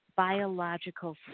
biological